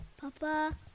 Papa